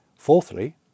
Fourthly